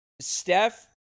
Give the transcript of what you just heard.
Steph